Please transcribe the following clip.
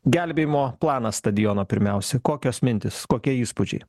gelbėjimo planas stadiono pirmiausia kokios mintys kokie įspūdžiai